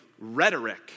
rhetoric